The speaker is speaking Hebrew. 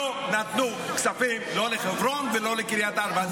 לא נתנו כספים לא לחברון ולא לקריית ארבע.